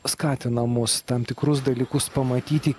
skatina mus tam tikrus dalykus pamatyti